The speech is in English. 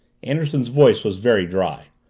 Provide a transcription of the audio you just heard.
anderson's voice was very dry.